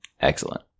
Excellent